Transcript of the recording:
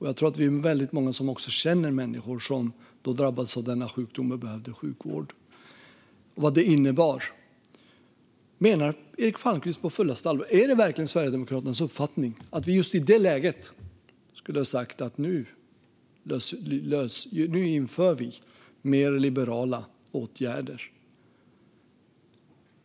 Jag tror att vi är väldigt många som också känner människor som har drabbats av denna sjukdom och behövt sjukvård. Vi vet vad det innebar. Menar Eric Palmqvist och Sverigedemokraterna på fullaste allvar att vi just i det läget skulle ha sagt att nu inför vi mer liberala åtgärder?